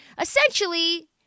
essentially